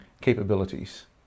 capabilities